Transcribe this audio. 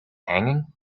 hanging